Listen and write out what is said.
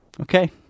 okay